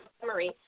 summary